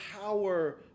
power